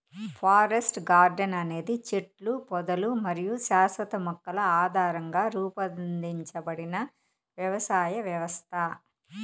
forest garden అనేది చెట్లు, పొదలు మరియు శాశ్వత మొక్కల ఆధారంగా రూపొందించబడిన వ్యవసాయ వ్యవస్థ